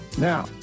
Now